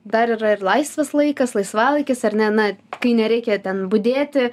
dar yra ir laisvas laikas laisvalaikis ar ne na kai nereikia ten budėti